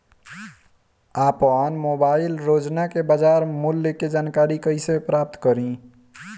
आपन मोबाइल रोजना के बाजार मुल्य के जानकारी कइसे प्राप्त करी?